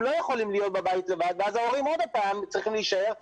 לא יכולים להיות בבית לבד ואז ההורים צריכים להישאר אתם.